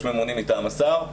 יש ממונים מטעם השר.